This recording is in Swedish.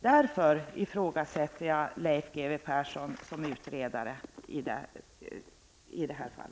Därför ifrågasätter jag Leif G W Persson som utredare i detta fall.